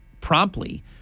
promptly